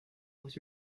was